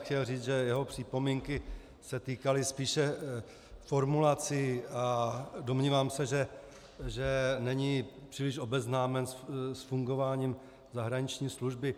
Chtěl říct, že jeho připomínky se týkaly spíše formulací, a domnívám se, že není příliš obeznámen s fungováním zahraniční služby.